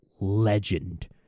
legend